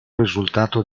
risultato